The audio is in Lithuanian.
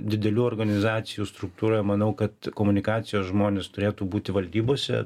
didelių organizacijų struktūra manau kad komunikacijos žmonės turėtų būti valdybose